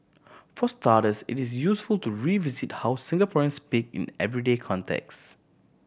for starters it is useful to revisit how Singaporeans speak in everyday context